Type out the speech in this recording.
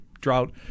drought